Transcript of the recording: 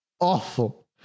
awful